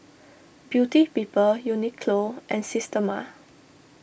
Beauty People Uniqlo and Systema